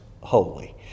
holy